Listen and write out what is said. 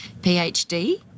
PhD